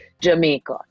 Jamaica